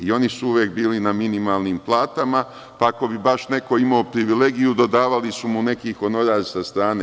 I oni su uvek bili na minimalnim platama, pa ako bi baš neko imao privilegiju dodavali su mu neki honorar sa strane.